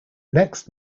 next